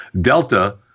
Delta